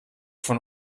von